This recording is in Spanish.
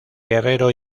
guerrero